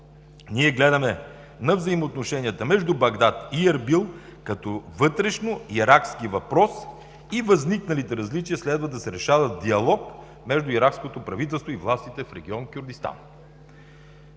Ние гледаме на взаимоотношенията между Багдат и Ербил като вътрешно иракски въпрос и възникналите различия следва да се решават в диалог между иракското правителство и властите в регион Кюрдистан.